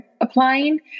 applying